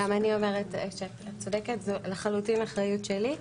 גם אני אומרת שאת צודקת, זו לחלוטין אחריות שלי.